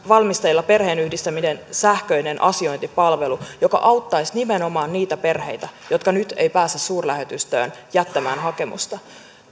valmisteilla perheenyhdistämisen sähköinen asiointipalvelu joka auttaisi nimenomaan niitä perheitä jotka nyt eivät pääse suurlähetystöön jättämään hakemusta